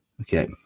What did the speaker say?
Okay